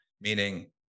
meaning